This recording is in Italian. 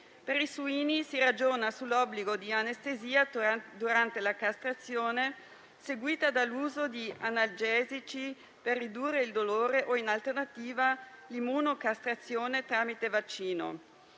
Per i suini si ragiona sull'obbligo di anestesia durante la castrazione, seguita dall'uso di analgesici per ridurre il dolore o, in alternativa, sull'immunocastrazione tramite vaccino.